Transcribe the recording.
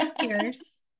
Cheers